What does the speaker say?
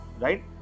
Right